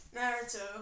Naruto